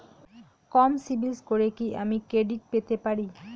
কম CIBIL স্কোরে কি আমি ক্রেডিট পেতে পারি?